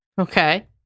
Okay